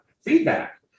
feedback